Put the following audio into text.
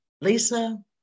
Lisa